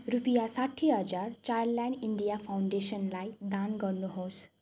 रुपियाँ साठी हजार चाइल्डलाइन इन्डिया फाउन्डेसनलाई दान गर्नुहोस्